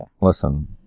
Listen